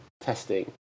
testing